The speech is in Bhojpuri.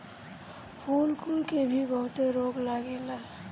फूल कुल के भी बहुते रोग लागेला